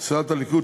לסיעת הליכוד,